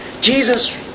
Jesus